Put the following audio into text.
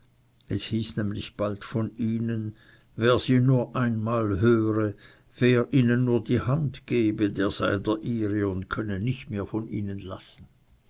es hieß nämlich bald von ihnen wer sie nur einmal höre wer ihnen nur die hand gebe der sei der ihre und könnte nicht mehr von ihnen lassen